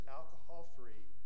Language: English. alcohol-free